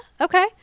okay